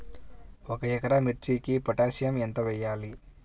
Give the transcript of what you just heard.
ఒక ఎకరా మిర్చీకి పొటాషియం ఎంత వెయ్యాలి?